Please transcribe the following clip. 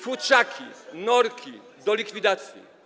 Futrzaki, norki - do likwidacji.